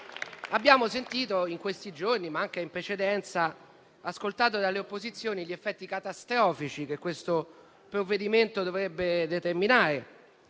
In questi giorni, ma anche in precedenza, abbiamo ascoltato dalle opposizioni gli effetti catastrofici che questo provvedimento dovrebbe determinare.